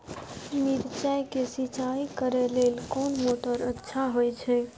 मिर्चाय के सिंचाई करे लेल कोन मोटर अच्छा होय छै?